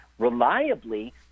Reliably